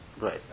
right